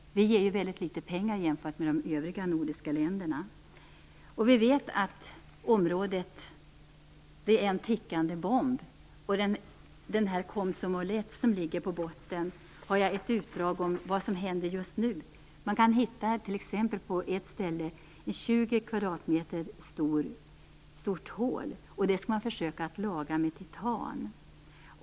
Vi ger ju väldigt litet pengar jämfört med de övriga nordiska länderna. Vi vet att detta område är en tickande bomb. Jag har ett utdrag om den ryska ubåten Konsomolez som ligger på havsbotten och om vad som händer just nu. Man har hittat upp till 20 kvadratmeter stora hål, och dem skall man försöka laga med titan.